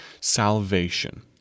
Salvation